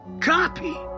copy